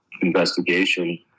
investigation